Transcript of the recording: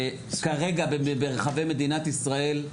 כרגע ברחבי מדינת ישראל,